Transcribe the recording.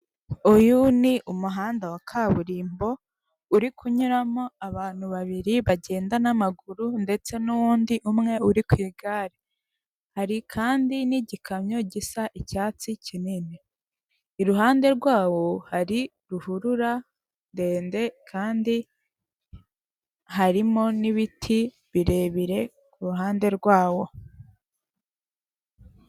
Uyu ni umuhanda wa kaburimbo uri kunyuramo abantu babiri bagenda n'amaguru ndetse n'uwundi umwe uri ku igare, hari kandi n'igikamyo gisa icyatsi kinini, iruhande rwawo hari ruhurura ndende kandi harimo n'ibiti birebire ku ruhande rwawo.